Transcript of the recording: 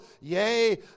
Yea